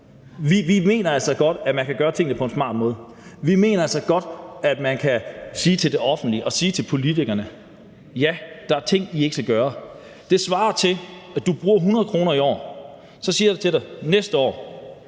Vi mener altså godt, at man kan gøre tingene på en smart måde. Vi mener altså godt, at man kan sige til det offentlige og sige til politikerne: Der er ting, I ikke skal gøre. Det svarer jo til, at du bruger 100 kr. i år, og så siger jeg til dig, at næste år